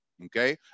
Okay